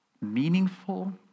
meaningful